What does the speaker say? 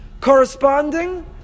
corresponding